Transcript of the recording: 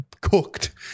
cooked